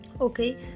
okay